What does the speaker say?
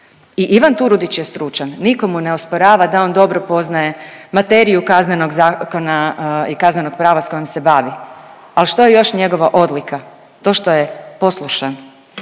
I Ivan Turudić je stručan, nitko mu ne osporava da on dobro poznaje materiju Kaznenog zakona i kaznenog prava s kojim se bavi. Ali što je još njegova odlika? To što je poslušan,